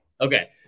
Okay